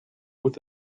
with